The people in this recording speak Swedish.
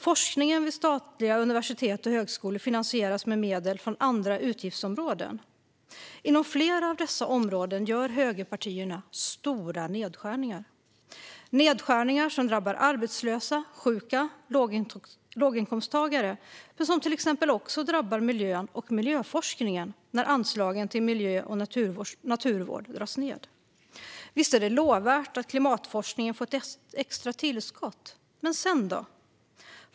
Forskningen vid statliga universitet och högskolor finansieras med medel från andra utgiftsområden. Inom flera av dessa områden gör högerpartierna stora nedskärningar. Det är nedskärningar som drabbar arbetslösa, sjuka och låginkomsttagare, men de drabbar även till exempel miljön och miljöforskningen i och med att anslagen till miljö och naturvård dras ned. Visst är det lovvärt att klimatforskningen får ett extra tillskott, men sedan då?